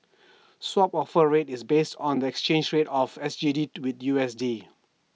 swap offer rate is based on the exchange rate of S G D with U S D